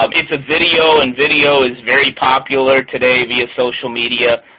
um it's a video, and video is very popular today via social media.